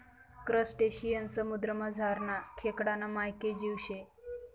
crustacean समुद्रमझारना खेकडाना मायेक जीव शे